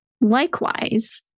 Likewise